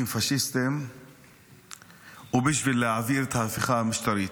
פשיסטיים ובשביל להעביר את ההפיכה המשטרית.